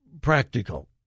practical